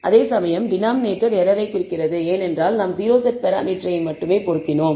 அதேசமயம் டினாமினேட்டர் எரரை குறிக்கிறது ஏனென்றால் நாம் o செட் பராமீட்டரை மட்டுமே பொருத்தினோம்